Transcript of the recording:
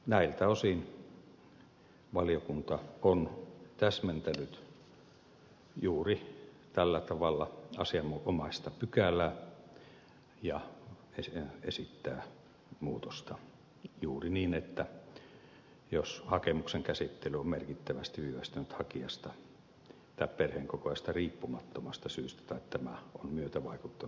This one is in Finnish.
näiltä osin valiokunta on täsmentänyt juuri tällä tavalla asianomaista pykälää ja esittää muutosta juuri niin että asiaan vaikuttaa jos hakemuksen käsittely on merkittävästi viivästynyt hakijasta tai perheenkokoajasta riippumattomasta syystä tai tämä on myötävaikuttanut asian käsittelyyn